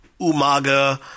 Umaga